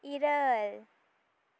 ᱤᱨᱟᱹᱞ